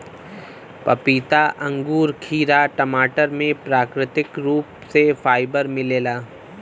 पपीता अंगूर खीरा टमाटर में प्राकृतिक रूप से फाइबर मिलेला